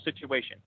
situation